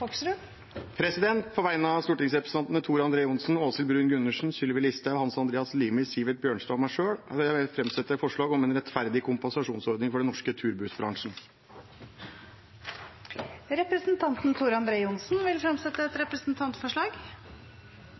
På vegne av stortingsrepresentantene Tor André Johnsen, Åshild Bruun-Gundersen, Sylvi Listhaug, Hans Andreas Limi, Sivert Bjørnstad og meg selv framsetter jeg forslag om en rettferdig kompensasjonsordning for den norske turbussbransjen. Representanten Tor André Johnsen vil fremsette et representantforslag.